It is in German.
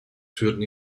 führten